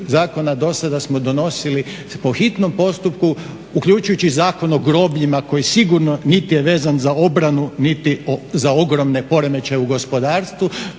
zakona do sada smo donosili po hitnom postupku uključujući Zakon o grobljima koji sigurno niti je vezan za obranu niti za ogromne poremećaje u gospodarstvu